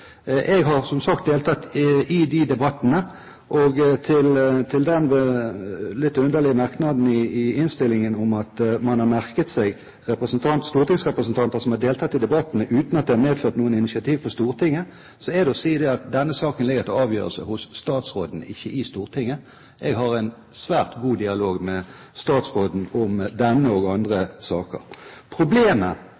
Jeg har som sagt deltatt i de debattene. Og til den litt underlige merknaden i innstillingen om at man har merket seg at stortingsrepresentanter har deltatt i debattene «uten at det har medført noen initiativ på Stortinget», så er det å si at denne saken ligger til avgjørelse hos statsråden, ikke i Stortinget. Jeg har en svært god dialog med statsråden om denne og andre